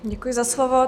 Děkuji za slovo.